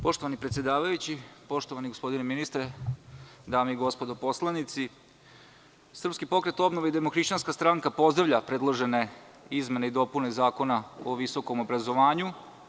Poštovani predsedavajući, poštovani gospodine ministre, dame i gospodo poslanici, SPO i DHS pozdravlja predložene izmene i dopune Zakona o visokom obrazovanju.